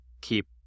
keep